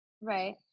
Right